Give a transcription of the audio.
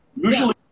usually